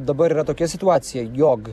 dabar yra tokia situacija jog